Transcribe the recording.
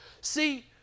See